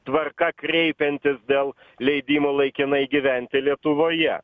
tvarka kreipiantis dėl leidimo laikinai gyventi lietuvoje